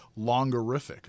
longerific